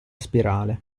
spirale